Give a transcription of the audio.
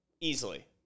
easily